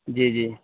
جی جی